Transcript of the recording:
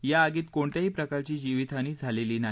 या आगीत कोणत्याही प्रकारची जीवितहानी झाली नाही